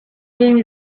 game